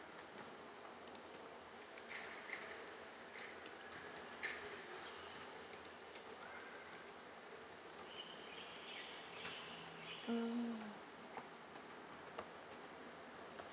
mmhmm